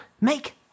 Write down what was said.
make